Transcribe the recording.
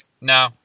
No